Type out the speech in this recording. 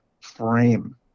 frame